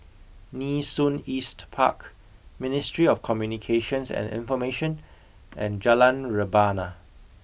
Nee Soon East Park Ministry of Communications and Information and Jalan Rebana